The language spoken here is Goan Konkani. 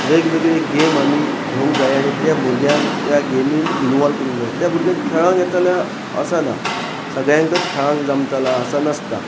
वेगवेगळी गेम आमी घेवंक जाय आनी त्या भुरग्यांक त्या गेमीन इनवोल्व करूंक जाय त्या भुरग्यांक खेळांक येतल्या आसा ना सगळ्यांकच खेळक जमतालो आसा नासता